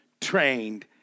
trained